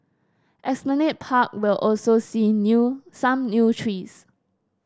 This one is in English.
Esplanade Park will also see new some new trees